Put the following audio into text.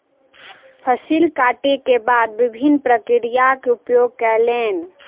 फसिल कटै के बाद विभिन्न प्रक्रियाक उपयोग कयलैन